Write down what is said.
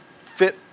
fit